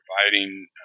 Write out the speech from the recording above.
providing